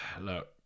Look